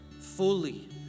fully